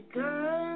girl